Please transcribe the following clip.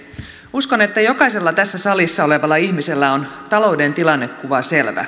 uskon että jokaisella tässä salissa olevalla ihmisellä on talouden tilannekuva selvä